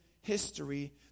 history